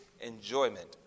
enjoyment